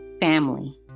Family